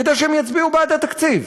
כדי שהם יצביעו בעד התקציב.